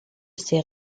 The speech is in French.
ces